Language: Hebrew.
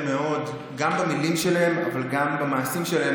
מאוד גם במילים שלהם אבל גם במעשים שלהם.